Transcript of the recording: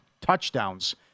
touchdowns